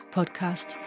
Podcast